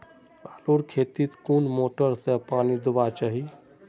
आलूर खेतीत कुन मोटर से पानी दुबा चही?